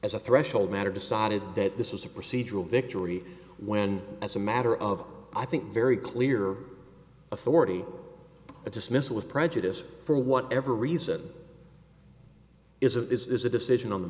judge as a threshold matter decided that this is a procedural victory when as a matter of i think very clear authority the dismissal with prejudice for whatever reason is a is a decision on the